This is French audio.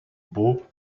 beaux